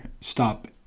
stop